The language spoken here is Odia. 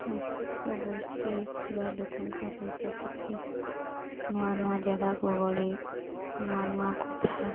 ସାଂସ୍କୃତିକ ଗୋଷ୍ଠୀ ଥିବା ଲୋକଙ୍କ ସହିତ କେତେ ନୂଆ ନୂଆ ଜାଗାକୁ ଗଲେ ନୂଆ ନୂଆ କଥା